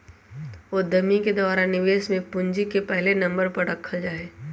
उद्यमि के द्वारा निवेश में पूंजी के पहले नम्बर पर रखल जा हई